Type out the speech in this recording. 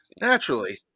Naturally